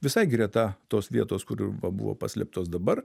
visai greta tos vietos kur ir va buvo paslėptos dabar